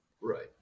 Right